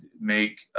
make